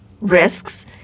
risks